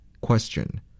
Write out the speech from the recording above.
Question